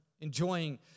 enjoying